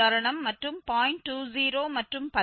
20 மற்றும் பல